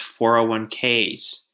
401ks